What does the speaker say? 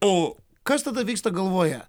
o kas tada vyksta galvoje